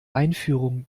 einführung